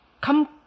come